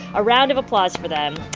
a round of applause for them